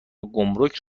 گمرک